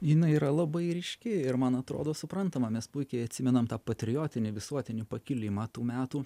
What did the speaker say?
jinai yra labai ryški ir man atrodo suprantama mes puikiai atsimenam tą patriotinį visuotinį pakilimą tų metų